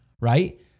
right